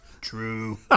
true